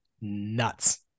nuts